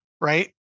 right